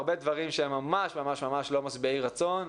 והרבה דברים שהם ממש ממש לא משביעי רצון,